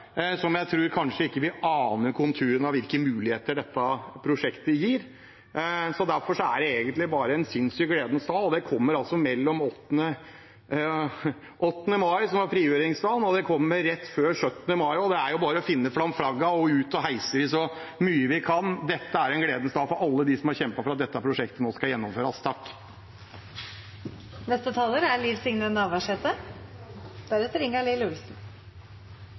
som jeg tror vi kanskje ikke aner konturene av, hvilke muligheter dette prosjektet gir. Derfor er dette egentlig bare en sinnssykt gledens dag, og det kommer altså etter 8. mai, som var frigjøringsdagen, og rett før 17. mai, så det er bare å finne fram flagget og ut å heise det så høyt vi kan. Dette er en gledens dag for alle de som har kjempet for at dette prosjektet skal gjennomføres.